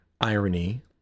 irony